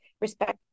respect